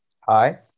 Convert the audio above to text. Hi